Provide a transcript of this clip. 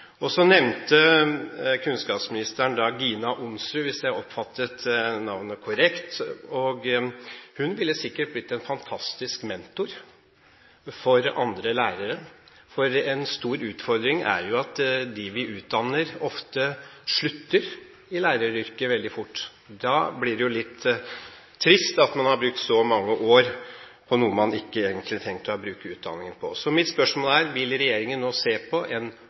Kunnskapsministeren nevnte Gina Onsrud, hvis jeg oppfattet navnet korrekt. Hun ville sikkert blitt en fantastisk mentor for andre lærere. En stor utfordring er at dem vi utdanner, ofte slutter i læreryrket veldig fort. Da blir det jo litt trist at man har brukt så mange år på noe man ikke egentlig har tenkt å bruke utdanningen til. Mitt spørsmål er: Vil regjeringen nå se på en